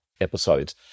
episodes